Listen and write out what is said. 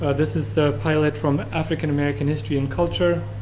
this is the pilot from african american history and culture.